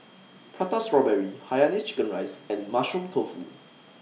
Prata Strawberry Hainanese Chicken Rice and Mushroom Tofu